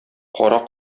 кара